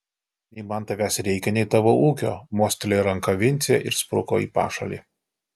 nei man tavęs reikia nei tavo ūkio mostelėjo ranka vincė ir spruko į pašalį